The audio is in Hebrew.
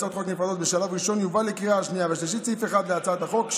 בשלב ראשון יובא לקריאה השנייה והשלישית סעיף 1 להצעת החוק,